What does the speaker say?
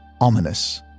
ominous